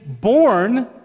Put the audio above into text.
born